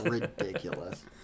Ridiculous